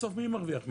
בסוף מי מרוויח מזה?